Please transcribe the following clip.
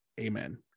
Amen